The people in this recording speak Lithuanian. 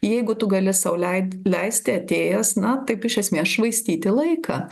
jeigu tu gali sau lei leisti atėjęs na taip iš esmės švaistyti laiką